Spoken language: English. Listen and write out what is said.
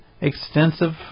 extensive